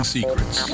Secrets